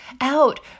out